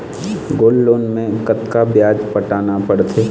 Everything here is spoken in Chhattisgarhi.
गोल्ड लोन मे कतका ब्याज पटाना पड़थे?